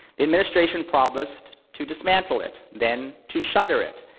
the administration promised to dismantle it, then to shutter it.